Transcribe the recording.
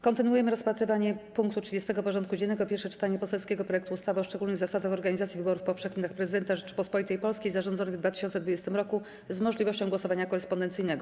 Kontynuujemy rozpatrywanie punktu 30. porządku dziennego: Pierwsze czytanie poselskiego projektu ustawy o szczególnych zasadach organizacji wyborów powszechnych na Prezydenta Rzeczypospolitej Polskiej zarządzonych w 2020 r. z możliwością głosowania korespondencyjnego.